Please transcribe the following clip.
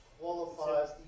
qualifies